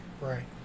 Right